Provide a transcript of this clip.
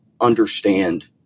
understand